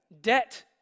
debt